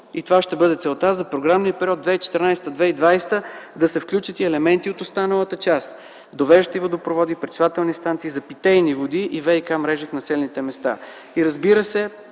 и това ще бъде целта за програмния период 2014-2020 г., да се включат и елементи от останалата част, довеждащи водопроводи, пречиствателни станции за питейни води и ВиК-мрежи в населените места.